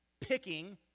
picking